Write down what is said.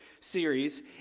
series